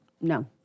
No